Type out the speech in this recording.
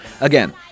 again